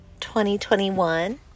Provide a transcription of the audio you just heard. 2021